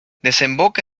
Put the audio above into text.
desemboca